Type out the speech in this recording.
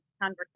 conversation